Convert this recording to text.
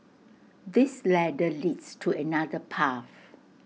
this ladder leads to another path